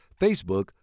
Facebook